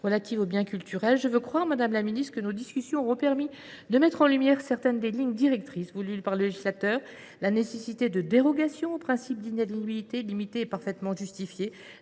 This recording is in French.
relative aux biens culturels. Je veux croire, madame la ministre, que nos discussions auront permis de mettre en lumière certaines des lignes directrices voulues par le législateur : la nécessité de dérogations au principe d’inaliénabilité limitées et parfaitement justifiées